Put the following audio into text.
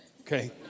okay